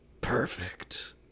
Perfect